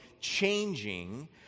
changing